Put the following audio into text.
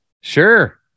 Sure